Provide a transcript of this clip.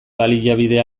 baliabide